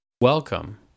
welcome